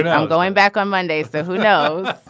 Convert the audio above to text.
i'm going back on monday so who knows